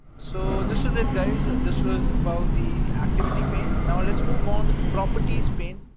so this was it guys, this was about the activity pane. now, let's move on to the properties pane,